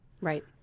Right